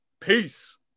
Peace